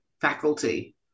faculty